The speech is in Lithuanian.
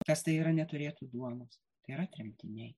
kas tai yra neturėti duonos tėra tremtiniai